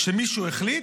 כשמישהו החליט,